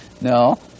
No